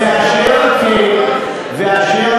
אשר על כן,